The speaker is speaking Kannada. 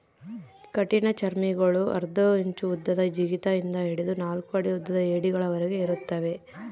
ಕಠಿಣಚರ್ಮಿಗುಳು ಅರ್ಧ ಇಂಚು ಉದ್ದದ ಜಿಗಿತ ಇಂದ ಹಿಡಿದು ನಾಲ್ಕು ಅಡಿ ಉದ್ದದ ಏಡಿಗಳವರೆಗೆ ಇರುತ್ತವೆ